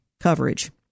coverage